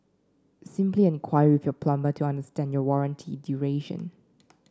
simply enquire with your plumber to understand your warranty duration